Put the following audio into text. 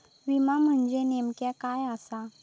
विमा म्हणजे नेमक्या काय आसा?